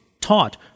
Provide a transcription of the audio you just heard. taught